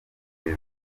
iri